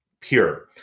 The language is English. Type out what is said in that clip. pure